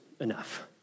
enough